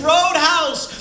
Roadhouse